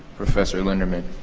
professor linderman.